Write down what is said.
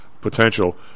potential